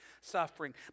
suffering